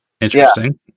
Interesting